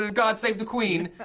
ah god save the queen.